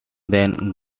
then